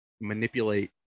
manipulate